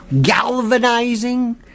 galvanizing